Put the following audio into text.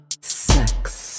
sex